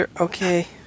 okay